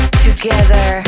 together